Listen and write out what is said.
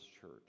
church